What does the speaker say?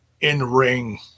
in-ring